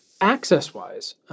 Access-wise